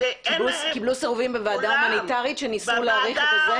קיבלו סירובים בוועדה הומניטרית כשניסו להאריך את התוקף?